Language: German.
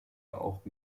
auch